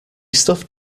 stuffed